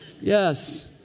Yes